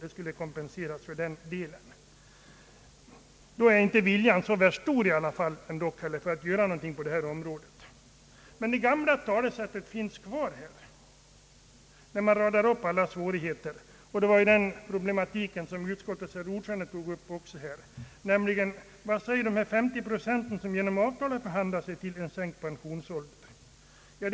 Det skulle innebära en kompensation till äldre pensionstagare i det avseendet. Men då är inte viljan att göra någonting på detta område så särskilt stor. Man radar upp en mängd svårigheter, och utskottets ordförande var inne på samma problematik när det gällde de 50 procenten som genom avtal förhandlat sig till en sänkt pensionsålder.